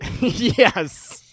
Yes